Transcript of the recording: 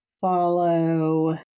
follow